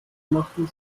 machen